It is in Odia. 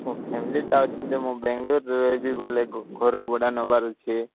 ମୋ ଫ୍ୟାମିଲିଟା ଅଛନ୍ତି ମୁଁ ବେଙ୍ଗଲୋର୍ରେ ରହିବି ବୋଲେ ଘର ଭଡ଼ା ନେବାର ଅଛି